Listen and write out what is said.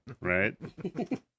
right